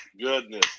goodness